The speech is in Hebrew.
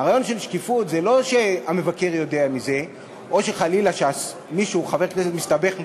הרעיון של שקיפות זה לא שהמבקר יודע מזה או שחלילה כשחבר כנסת מסתבך,